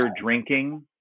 drinking